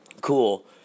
Cool